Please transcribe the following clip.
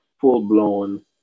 full-blown